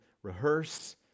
Rehearse